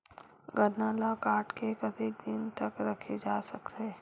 गन्ना ल काट के कतेक दिन तक रखे जा सकथे?